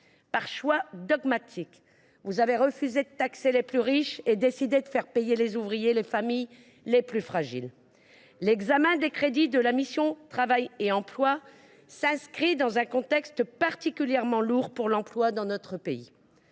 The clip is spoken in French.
Par choix dogmatique, vous avez refusé de taxer les plus riches et décidé de faire payer les ouvriers et les familles les plus fragiles. L’examen des crédits de la mission « Travail, emploi et administration des ministères sociaux » s’inscrit dans un contexte particulièrement lourd pour l’emploi dans notre pays.